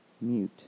mute